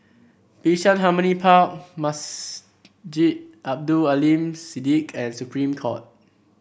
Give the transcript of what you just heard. Bishan Harmony Park Masjid Abdul Aleem Siddique and Supreme Court